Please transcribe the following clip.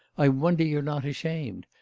i wonder you're not ashamed.